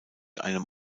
einem